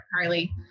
Carly